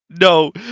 No